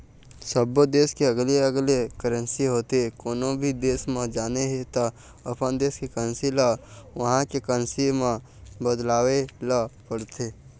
सब्बो देस के अलगे अलगे करेंसी होथे, कोनो भी देस म जाना हे त अपन देस के करेंसी ल उहां के करेंसी म बदलवाए ल परथे